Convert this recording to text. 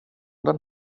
den